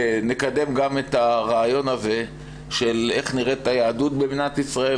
נקדם גם את הרעיון הזה של איך נראית היהדות במדינת ישראל,